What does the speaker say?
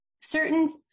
certain